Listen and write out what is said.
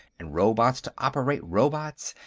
and robots to operate robots,